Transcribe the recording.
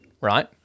right